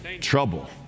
trouble